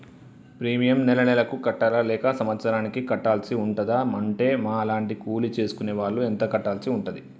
Premium నెల నెలకు కట్టాలా లేక సంవత్సరానికి కట్టాల్సి ఉంటదా? ఉంటే మా లాంటి కూలి చేసుకునే వాళ్లు ఎంత కట్టాల్సి ఉంటది?